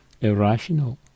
irrational